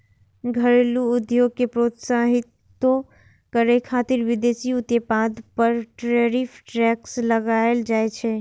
घरेलू उद्योग कें प्रोत्साहितो करै खातिर विदेशी उत्पाद पर टैरिफ टैक्स लगाएल जाइ छै